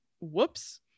Whoops